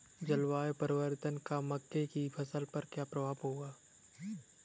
जलवायु परिवर्तन का मक्के की फसल पर क्या प्रभाव होगा?